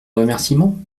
remerciements